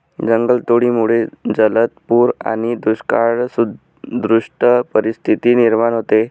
जंगलतोडीमुळे जलद पूर आणि दुष्काळसदृश परिस्थिती निर्माण होते